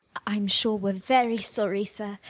i'm sure we're very sorry, sir.